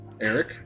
eric